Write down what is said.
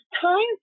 time